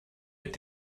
mit